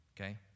Okay